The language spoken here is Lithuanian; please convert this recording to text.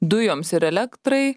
dujoms ir elektrai